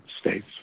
states